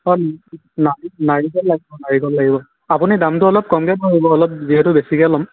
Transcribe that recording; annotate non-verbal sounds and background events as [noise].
[unintelligible] নাৰিকল লাগিব নাৰিকল লাগিব আপুনি দামটো অলপ কমকৈ ধৰিব অলপ যিহেতু বেছিকৈ ল'ম